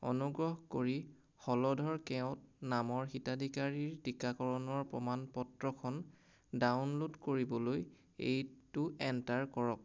অনুগ্ৰহ কৰি হলধৰ কেউত নামৰ হিতাধীকাৰীৰ টীকাকৰণৰ প্ৰমাণ পত্ৰখন ডাউনল'ড কৰিবলৈ এইটো এণ্টাৰ কৰক